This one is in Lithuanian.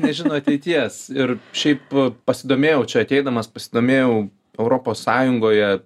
nežino ateities ir šiaip pasidomėjau čia ateidamas pasidomėjau europos sąjungoje